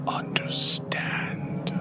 understand